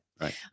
right